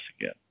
again